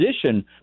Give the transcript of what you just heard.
position